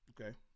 Okay